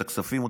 את הכספים,